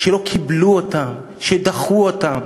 שלא קיבלו אותם, שדחו אותם,